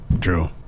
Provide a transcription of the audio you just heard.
True